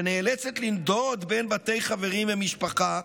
שנאלצת לנדוד בין בתי חברים ומשפחה,